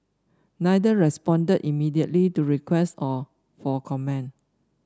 neither respond immediately to requests of for comment